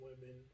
women